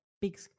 big